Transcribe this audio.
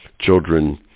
children